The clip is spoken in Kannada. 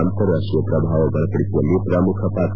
ಅಂತಾರಾಷ್ಟೀಯ ಪ್ರಭಾವ ಬಲಪಡಿಸುವಲ್ಲಿ ಪ್ರಮುಖ್ ಪಾತ್ರ